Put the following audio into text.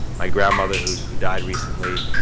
my grandmother who who died recently,